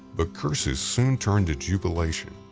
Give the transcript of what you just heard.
the curses soon turned to jubilation,